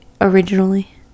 Originally